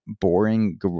boring